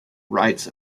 writes